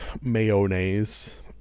mayonnaise